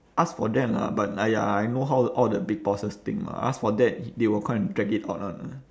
ask for that lah but !aiya! I know how all the big bosses think lah ask for that they will come and drag it out [one]